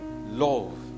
love